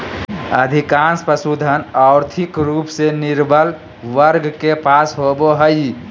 अधिकांश पशुधन, और्थिक रूप से निर्बल वर्ग के पास होबो हइ